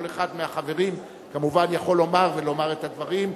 כל אחד מהחברים כמובן יכול לומר, ולומר את הדברים.